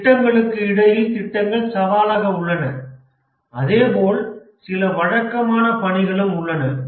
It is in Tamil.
திட்டங்களுக்கு இடையில் திட்டங்கள் சவாலாக உள்ளன அதே போல் சில வழக்கமான பணிகளும் உள்ளன